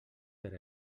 per